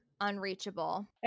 unreachable